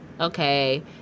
Okay